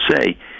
say